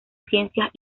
ciencias